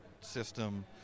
system